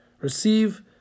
Receive